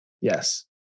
Yes